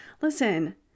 listen